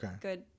good